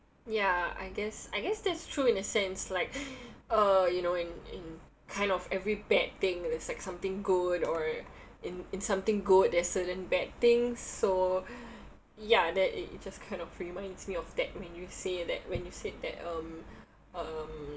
ya I guess I guess that's true in a sense like uh you know in in kind of every bad thing there's like something good or in in something good there's certain bad things so ya then it just kind of reminds me of that when you say that when you said that um um